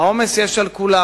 עומס יש על כולם.